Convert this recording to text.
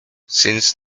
since